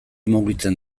mugitzen